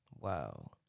Wow